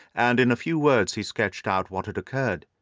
and in a few words he sketched out what had occurred.